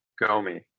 Gomi